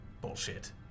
Bullshit